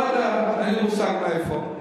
לא יודע, אין לי מושג מאיפה.